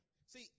See